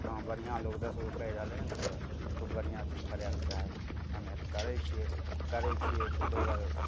हँ बढ़िआँ लोग दशगो कहि रहलै हन तऽ खुब बढ़िआँ से करैके चाही हमे तऽ करैत छियै तऽ लोग आरो